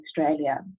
Australia